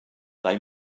they